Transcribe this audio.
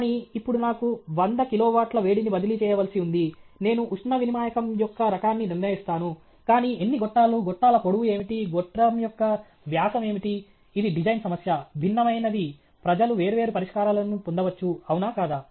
కానీ ఇప్పుడు నాకు 100 కిలోవాట్ల వేడిని బదిలీ చేయవలసి ఉంది నేను ఉష్ణ వినిమాయకం యొక్క రకాన్ని నిర్ణయిస్తాను కానీ ఎన్ని గొట్టాలు గొట్టాల పొడవు ఏమిటి గొట్టం యొక్క వ్యాసం ఏమిటి ఇది డిజైన్ సమస్య భిన్నమైనది ప్రజలు వేర్వేరు పరిష్కారాలను పొందవచ్చు అవునా కాదా